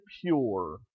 pure